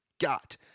got